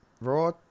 Raw